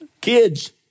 Kids